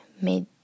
made